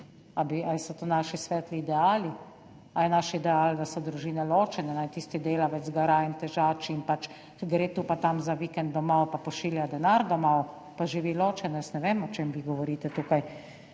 so to naši svetli ideali ali je naš ideal, da so družine ločene? Naj tisti delavec gara in težači in gre tu pa tam za vikend domov pa pošilja denar domov pa živi ločeno? Jaz ne vem o čem vi govorite tukaj.